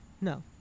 no